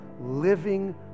living